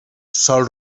sol